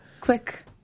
quick